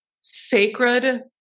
sacred